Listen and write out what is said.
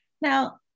now